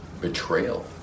betrayal